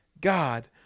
God